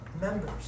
members